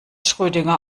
schrödinger